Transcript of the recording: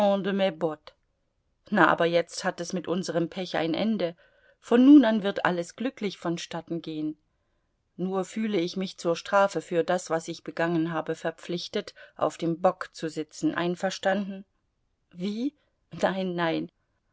na aber jetzt hat es mit unserem pech ein ende von nun an wird alles glücklich vonstatten gehen nur fühle ich mich zur strafe für das was ich begangen habe verpflichtet auf dem bock zu sitzen einverstanden wie nein